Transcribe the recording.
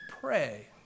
pray